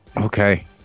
okay